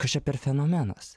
kas čia per fenomenas